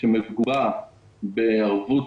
שמגובה בערבות